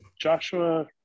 Joshua